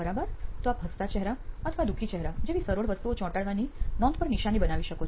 બરાબર તો આપ હસતો ચહેરા અથવા દુઃખી ચહેરા જેવી સરળ વસ્તુથી ચોંટાડવાની નોંધ પર નિશાની બનાવી શકો